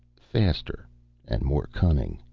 faster and more cunning.